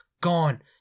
gone